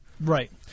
Right